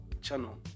channel